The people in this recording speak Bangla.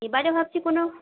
এবারে ভাবছি কোনো